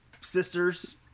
sisters